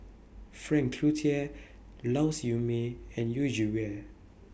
Frank Cloutier Lau Siew Mei and Yu Zhuye